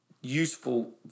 useful